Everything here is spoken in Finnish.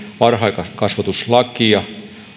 varhaiskasvatuslakia